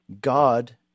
God